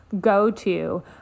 go-to